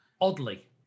Oddly